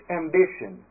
ambition